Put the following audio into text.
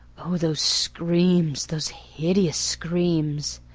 oh, those screams those hideous screams!